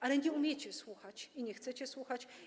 Ale nie umiecie słuchać i nie chcecie słuchać.